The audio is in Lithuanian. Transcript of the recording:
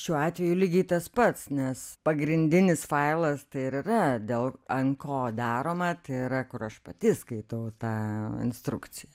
šiuo atveju lygiai tas pats nes pagrindinis failas tai ir yra dėl ant ko daroma tai yra kur aš pati skaitau tą instrukciją